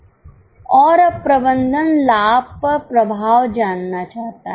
और अब प्रबंधन लाभ पर प्रभाव जानना चाहता है